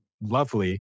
lovely